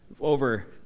over